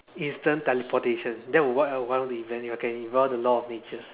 instant teleportation that would be what I want to invent if I can ignore the law of nature